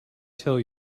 tell